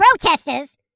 Protesters